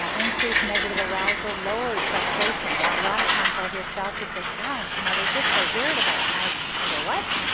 ah increased negative arousal, lowered frustration. a lot of time i'll hear spouses say gosh you know they're just so irritable and i i go what?